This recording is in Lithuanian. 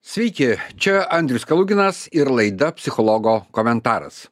sveiki čia andrius kaluginas ir laida psichologo komentaras